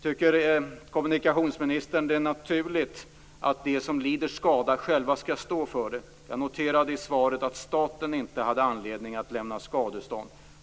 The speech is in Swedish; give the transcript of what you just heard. Tycker kommunikationsministern att det är naturligt att de som lider skada själva skall stå för det? Jag noterade i svaret att staten inte hade anledning att lämna skadestånd.